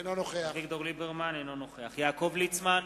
אינו נוכח יעקב ליצמן,